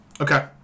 okay